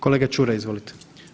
Kolega Čuraj, izvolite.